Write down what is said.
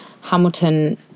Hamilton